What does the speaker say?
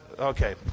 Okay